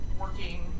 working